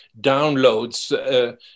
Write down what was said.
downloads